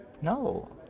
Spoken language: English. No